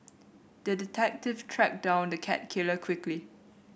the detective tracked down the cat killer quickly